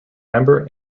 member